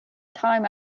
time